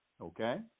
okay